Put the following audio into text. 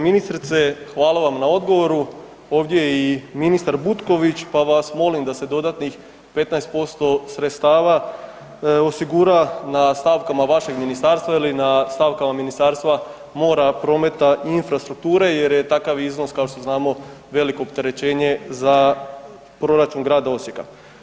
ministrice, hvala vam na odgovoru, ovdje je i ministar Butković pa vas molim da se dodatnih 15% sredstava osigura na stavkama vašeg ministarstva ili na stavkama Ministarstva mora, prometa i infrastrukture jer je takav iznos kao što znamo veliko opterećenje za proračun grada Osijeka.